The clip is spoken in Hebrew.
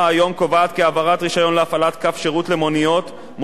להפעלת קו שירות למוניות מחייבת היתר מאת המפקח,